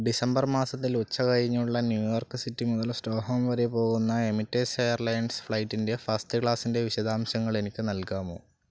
December മാസത്തിൽ ഉച്ചകഴിഞ്ഞുള്ള New York city മുതൽ സ്റ്റോക്ക്ഹോം വരെ പോകുന്ന എമിറ്റേസ് എയർലൈൻസ് ഫ്ലൈറ്റിൻ്റെ ഫസ്റ്റ് ക്ലാസിൻ്റെ വിശദാംശങ്ങൾ എനിക്ക് നൽകാമോ